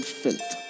filth